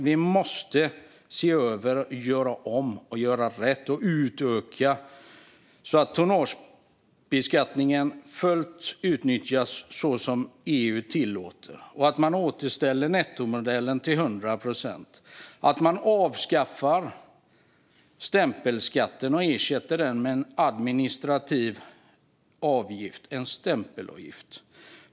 Vi måste se över detta och göra om och göra rätt. Vi behöver utöka systemet så att tonnagebeskattningen fullt ut utnyttjas på det sätt som EU tillåter. Vi behöver återställa nettomodellen till hundra procent. Vi behöver avskaffa stämpelskatten och ersätta den med en administrativ avgift, en stämpelavgift.